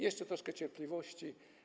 Jeszcze troszkę cierpliwości.